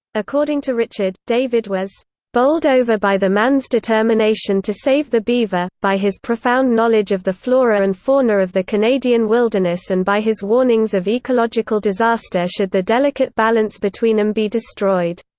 according to richard, david was bowled over by the man's determination to save the beaver, by his profound knowledge of the flora and fauna of the canadian wilderness and by his warnings of ecological disaster should the delicate balance between them be destroyed.